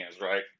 right